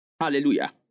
Hallelujah